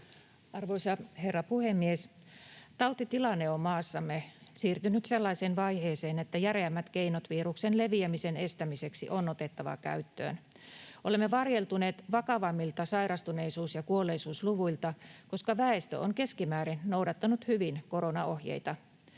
Arvoisa herra puhemies! Tautitilanne on maassamme siirtynyt sellaiseen vaiheeseen, että järeämmät keinot viruksen leviämisen estämiseksi on otettava käyttöön. Olemme varjeltuneet vakavammilta sairastuneisuus- ja kuolleisuusluvuilta, koska väestö on keskimäärin noudattanut hyvin koronaohjeita.